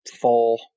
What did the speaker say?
four